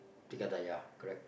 yeah correct